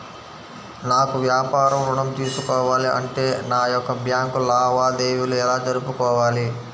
నాకు వ్యాపారం ఋణం తీసుకోవాలి అంటే నా యొక్క బ్యాంకు లావాదేవీలు ఎలా జరుపుకోవాలి?